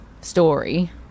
story